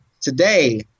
today